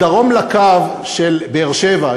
מדרום לקו של באר-שבע,